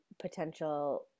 potential